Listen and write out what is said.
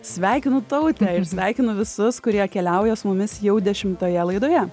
sveikinu tautę ir sveikinu visus kurie keliauja su mumis jau dešimtoje laidoje